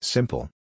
Simple